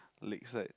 Lakeside